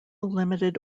limited